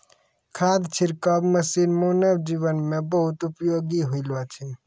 खाद छिड़काव मसीन मानव जीवन म बहुत उपयोगी होलो छै